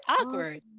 Awkward